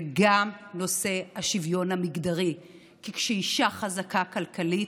וגם נושא השוויון המגדרי כי כשאישה חזקה כלכלית,